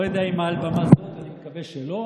לא יודע אם מעל במה זו, אני מקווה שלא,